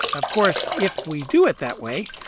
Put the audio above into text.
of course, if we do it that way,